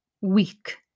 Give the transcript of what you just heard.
weak